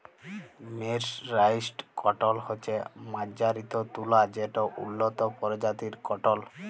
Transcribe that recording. mercerised cotton হছে মাজ্জারিত তুলা যেট উল্লত পরজাতির কটল